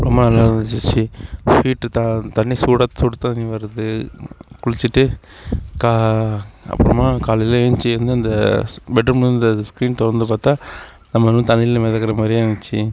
ரொம்ப நல்லா இருந்துச்சு ஹீட்டு த தண்ணி சூடாக சுடு தண்ணி வருது குளிச்சிட்டு கா அப்புறமா காலையில எந்ச்சி வந்து அந்த பெட் ரூம்ல இருந்த அந்த ஸ்கீரின் திறந்து பார்த்தா நம்ம வந்து தண்ணியில மிதக்கற மாதிரியே இருந்துச்சி